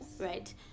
Right